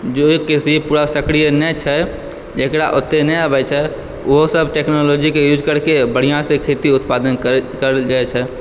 जँ किसी पूरा सक्रिय नहि छै जेकरा ओतय नहि अबै छै ओहो सब टेक्नॉलजी के यूज़ करिके बढ़िऑं सॅं खेती उत्पादन करै करल जाइ छै